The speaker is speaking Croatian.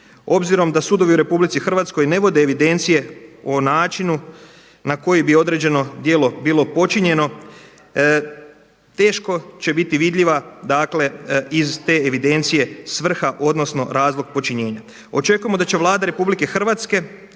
Obzirom da sudovi u RH ne vode evidencije o načinu na koji bi određeno djelo bilo počinjeno, teško će biti vidljiva iz te evidencije svrha odnosno razlog počinjenja. Očekujemo da će Vlada RH odnosno